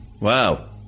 Wow